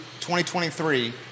2023